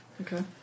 Okay